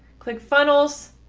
clickfunnels.